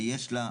כשרות.